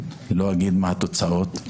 לא אגיד מה התוצאות...